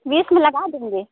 बीस में लगा दूँगी